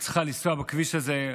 שצריכה לנסוע בכביש הזה.